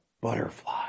butterfly